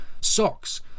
socks